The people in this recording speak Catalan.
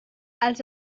els